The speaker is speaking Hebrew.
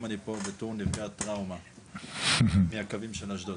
אני פה בתור נפגע טראומה מהקווים של אשדוד.